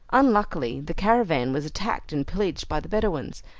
unluckily, the caravan was attacked and pillaged by the bedouins,